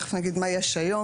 תיכף אני אגיד מה יש היום,